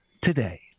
today